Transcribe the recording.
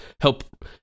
help